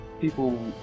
people